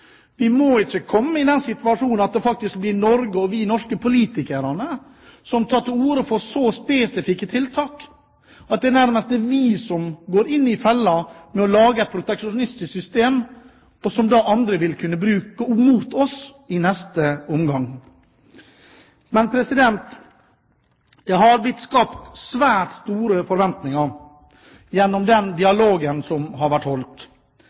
vi gå forsiktig fram. Vi må ikke komme i den situasjon at det faktisk blir Norge, og vi norske politikere, som tar til orde for så spesifikke tiltak at det nærmest er vi som går i fella ved å lage et proteksjonistisk system, som andre da vil kunne bruke mot oss i neste omgang. Det har blitt skapt svært store forventninger gjennom den dialogen som har vært.